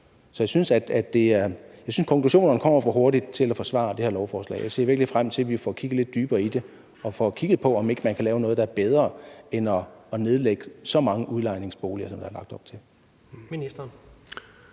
Så jeg synes, konklusionerne kommer for hurtigt i forhold til at forsvare det her lovforslag. Og jeg ser virkelig frem til, at vi får kigget lidt dybere i det og får kigget på, om ikke man kan lave noget, der er bedre end at nedlægge så mange udlejningsboliger, som der er lagt op til.